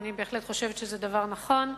ואני בהחלט חושבת שזה דבר נכון.